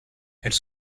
elles